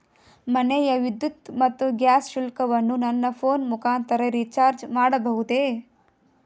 ಮನೆಯ ವಿದ್ಯುತ್ ಮತ್ತು ಗ್ಯಾಸ್ ಶುಲ್ಕವನ್ನು ನನ್ನ ಫೋನ್ ಮುಖಾಂತರ ರಿಚಾರ್ಜ್ ಮಾಡಬಹುದೇ?